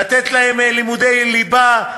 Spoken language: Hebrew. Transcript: לתת להם לימודי ליבה,